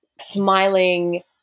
smiling